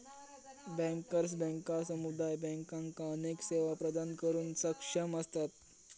bankers बँका समुदाय बँकांका अनेक सेवा प्रदान करुक सक्षम असतत